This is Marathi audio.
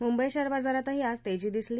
मुंबई शक्तर बाजारातही आज तस्ती दिसली